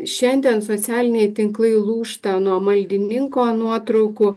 šiandien socialiniai tinklai lūžta nuo maldininko nuotraukų